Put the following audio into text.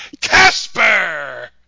Casper